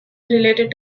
related